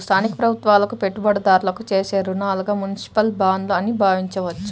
స్థానిక ప్రభుత్వాలకు పెట్టుబడిదారులు చేసే రుణాలుగా మునిసిపల్ బాండ్లు అని భావించవచ్చు